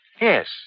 Yes